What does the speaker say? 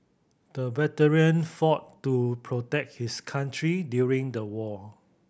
the veteran fought to protect his country during the war